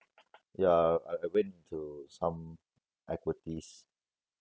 ya I I went into some equities